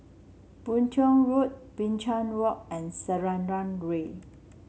Boon Tiong Road Binchang Walk and Selarang Way